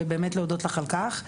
ובאמת להודות לך על כך.